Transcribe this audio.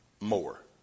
more